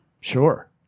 Sure